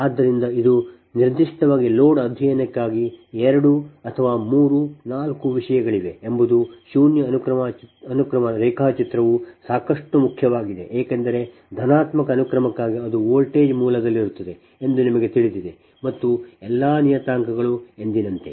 ಆದ್ದರಿಂದ ಇದು ನಿರ್ದಿಷ್ಟವಾಗಿ ದೋಷ ಅಧ್ಯಯನಕ್ಕಾಗಿ 2 ಅಥವಾ 3 4 ವಿಷಯಗಳಿವೆ ಎಂಬುದು ಶೂನ್ಯ ಅನುಕ್ರಮ ರೇಖಾಚಿತ್ರವು ಸಾಕಷ್ಟು ಮುಖ್ಯವಾಗಿದೆ ಏಕೆಂದರೆ ಧನಾತ್ಮಕ ಅನುಕ್ರಮಕ್ಕಾಗಿ ಅದು ವೋಲ್ಟೇಜ್ ಮೂಲದಲ್ಲಿರುತ್ತದೆ ಎಂದು ನಿಮಗೆ ತಿಳಿದಿದೆ ಮತ್ತು ಎಲ್ಲಾ ನಿಯತಾಂಕಗಳು ಎಂದಿನಂತೆ